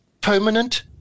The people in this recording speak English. permanent